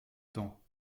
temps